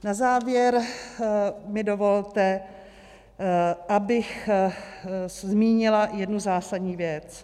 Na závěr mi dovolte, abych zmínila jednu zásadní věc.